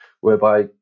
whereby